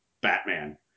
batman